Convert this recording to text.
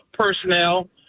personnel